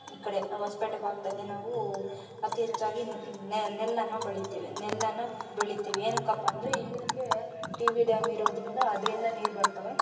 ಈ ಕಡೆ ಹೊಸ್ಪೇಟೆ ಭಾಗದಲ್ಲಿ ನಾವು ಅತಿ ಹೆಚ್ಚಾಗಿ ನೆಲ್ಲನ್ನು ಬೆಳೀತೀವಿ ನೆಲ್ಲನ್ನು ಬೆಳೀತೀವಿ ಏನಕಪ್ಪ ಅಂದರೆ ಇಲ್ಲಿ ನಮಗೆ ಟಿ ಬಿ ಡ್ಯಾಮ್ ಇರೋದರಿಂದ ಅದರಿಂದ ನೀರು ಬರ್ತವೆ